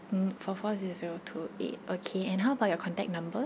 mm four four zero zero two eight okay and how about your contact number